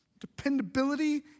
dependability